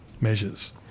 measures